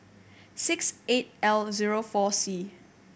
six eight L zero four C